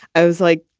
i was like,